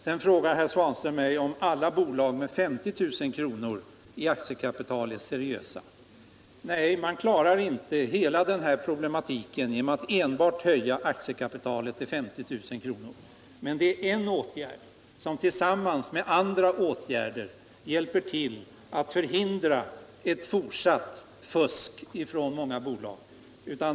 Herr Svanström frågade mig om alla bolag med 50 000 kr. i aktiekapital är seriösa. Nej, man klarar inte helt den här problematiken enbart genom att höja aktiekapitalet till 50 000 kr., men det är en åtgärd som tillsammans med andra hjälper till att hindra ett fortsatt fusk av många bolag.